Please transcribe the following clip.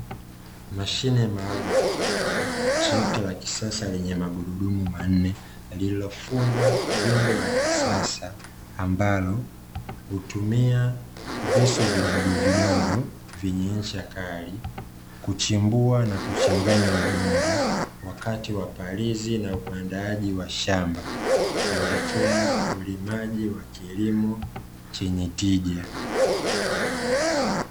Mashine maalumu ya kilimo trekta la kisasa yenye magurudumu manne , lililofungwa jembe la kisasa ambalo hutumia visu vidogovidogo venye ncha kali kuchimbua na kuchanganya udongo, wakati wa palizi na uandaaji wa shamba, kuelekea ulimaji wa kilimo chenye tija.